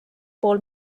pool